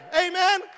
Amen